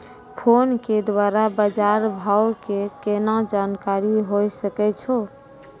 Phone के द्वारा बाज़ार भाव के केना जानकारी होय सकै छौ?